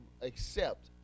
accept